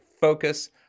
focus